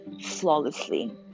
flawlessly